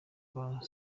kwa